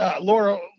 Laura